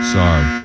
Sorry